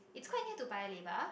it's quite near to Paya-Lebar